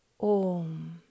OM